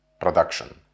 production